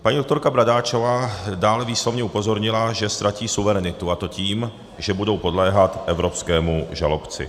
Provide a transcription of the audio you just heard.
Paní doktorka Bradáčová dále výslovně upozornila, že ztratí suverenitu, a to tím, že budou podléhat evropskému žalobci.